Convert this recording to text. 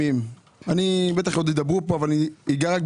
הנוכחית כי אתה נתת לזה את ברכת הדרך ואני מוקירה את